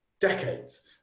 decades